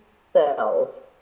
cells